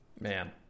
man